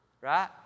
Right